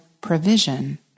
provision